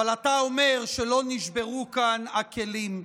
אבל אתה אומר שלא נשברו כאן הכלים.